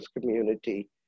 community